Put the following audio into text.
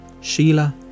Sheila